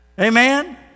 Amen